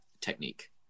technique